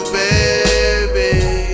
baby